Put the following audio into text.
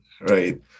right